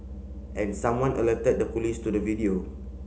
and someone alerted the police to the video